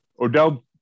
Odell